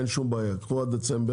אין שום בעיה, קחו עד דצמבר,